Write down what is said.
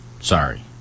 Sorry